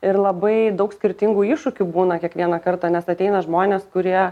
ir labai daug skirtingų iššūkių būna kiekvieną kartą nes ateina žmonės kurie